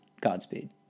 Godspeed